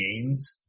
games